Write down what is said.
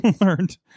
learned